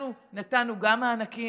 אנחנו נתנו גם מענקים